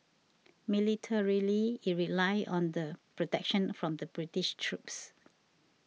militarily it relied on the protection from the British troops